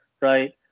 right